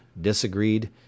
disagreed